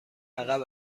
عقب